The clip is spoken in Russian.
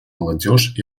молодежь